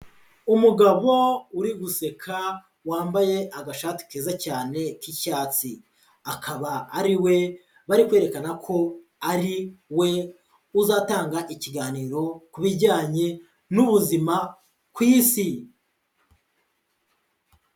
Umugabo uri guseka wambaye agashati keza cyane k'icyatsi, akaba ari we bari kwerekana ko ari we uzatanga ikiganiro ku bijyanye n'ubuzima ku Isi.